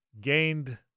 gained